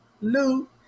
LOOT